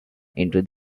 into